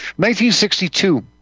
1962